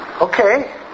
Okay